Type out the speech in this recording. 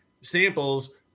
samples